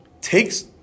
takes